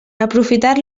aprofitar